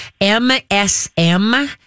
MSM